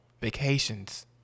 vacations